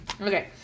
Okay